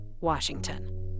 Washington